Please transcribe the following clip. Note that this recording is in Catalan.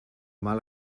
mal